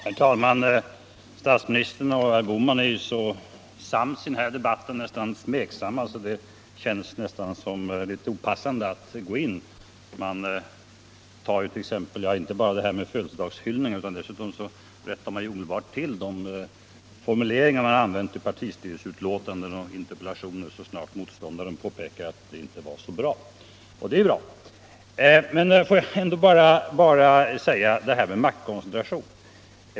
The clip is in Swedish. Herr talman! Statsministern och herr Bohman är ju så sams i den här debatten, nästan smeksamma, så det känns nästan litet opassande att gå in. Jag tänker inte bara på födelsedagshyllningen utan även på att man omedelbart rättar till de formuleringar som har använts i partistyrelseutlåtanden och interpellationer så snart motståndaren påpekar att det inte var så bra. Men jag vill beröra frågan om maktkoncentrationen.